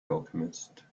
alchemist